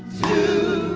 to